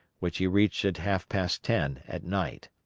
which he reached at half past ten at night.